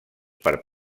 per